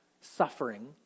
suffering